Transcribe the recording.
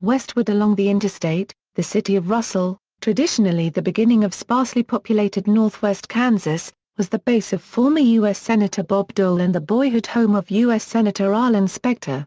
westward along the interstate, the city of russell, traditionally the beginning of sparsely-populated northwest kansas, was the base of former u s. senator bob dole and the boyhood home of u s. senator arlen specter.